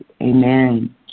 Amen